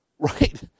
Right